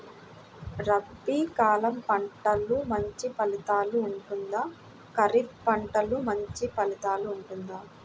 రబీ కాలం పంటలు మంచి ఫలితాలు ఉంటుందా? ఖరీఫ్ పంటలు మంచి ఫలితాలు ఉంటుందా?